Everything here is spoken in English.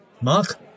Mark